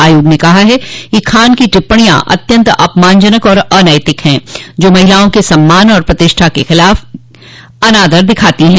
आयोग ने कहा है कि खान की टिप्पिणयां अत्यंत अपमानजनक और अनैतिक हैं जा महिलाओं के सम्मान और प्रतिष्ठा के प्रति अनादर दर्शाती हैं